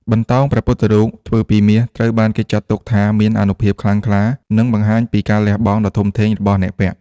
បន្តោងព្រះពុទ្ធរូបធ្វើពីមាស ត្រូវបានគេចាត់ទុកថាមានអានុភាពខ្លាំងក្លា និងបង្ហាញពីការលះបង់ដ៏ធំធេងរបស់អ្នកពាក់។